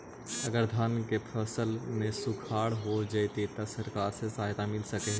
अगर धान के फ़सल में सुखाड़ होजितै त सरकार से सहायता मिल सके हे?